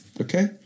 Okay